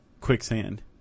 quicksand